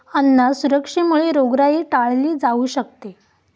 अन्न सुरक्षेमुळे रोगराई टाळली जाऊ शकते